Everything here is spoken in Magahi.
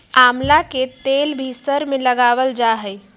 आमला के तेल भी सर में लगावल जा हई